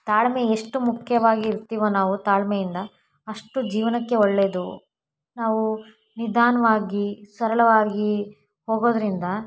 ತಾಳ್ಮೆ ಎಷ್ಟು ಮುಖ್ಯವಾಗಿರ್ತೀವೋ ನಾವು ತಾಳ್ಮೆಯಿಂದ ಅಷ್ಟು ಜೀವನಕ್ಕೆ ಒಳ್ಳೆಯದು ನಾವು ನಿಧಾನವಾಗಿ ಸರಳವಾಗಿ ಹೋಗೋದ್ರಿಂದ